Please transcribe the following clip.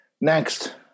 Next